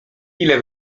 ile